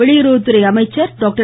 வெளியறவுத்துறை அமைச்சர் டாக்டர்